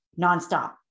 nonstop